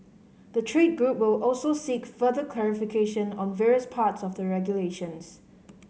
the trade group will also seek further clarification on various parts of the regulations